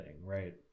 right